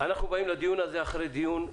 באים לדיון הזה אחרי דיון נוקב,